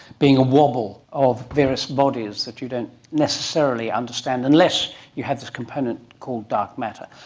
being a wobble of various bodies that you don't necessarily understand, unless you have this component called dark matter.